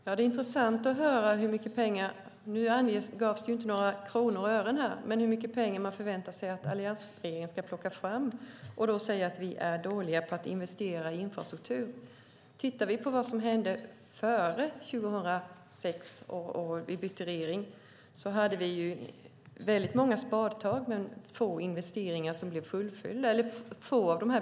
Herr talman! Nu angavs det inte några kronor och ören, men det är intressant att höra hur mycket pengar man förväntar sig att alliansregeringen ska plocka fram, och man säger att vi är dåliga på att investera i infrastruktur. Före 2006 när vi bytte regering var det väldigt många spadtag men få beslut som fullföljdes.